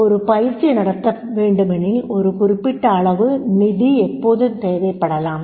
ஒரு பயிற்சி நடத்தவேண்டுமெனில் ஒரு குறிப்பிட்டளவு நிதி எப்போதும் தேவைப்படலாம்